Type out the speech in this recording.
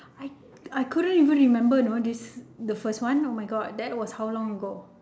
I I couldn't even remember you know this first one oh my god that was how long ago